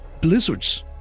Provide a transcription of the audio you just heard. blizzards